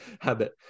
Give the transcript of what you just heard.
habit